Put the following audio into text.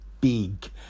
Big